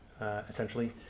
essentially